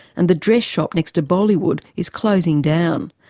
and the dress shop next to boalywood is closing down.